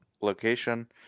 location